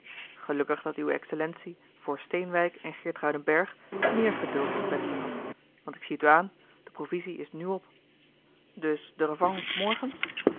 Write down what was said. gelukkig dat uwe excellentie voor steenwijk en geertruidenberg meer geduld zum besten had want ik zie t u aan de provisie is nù op dus de revanche morgen